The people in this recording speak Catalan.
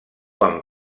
han